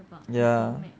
ya